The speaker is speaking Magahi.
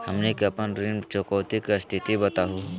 हमनी के अपन ऋण चुकौती के स्थिति बताहु हो?